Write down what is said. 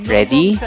Ready